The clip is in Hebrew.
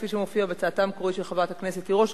כפי שמופיע בהצעתה המקורית של חברת הכנסת תירוש,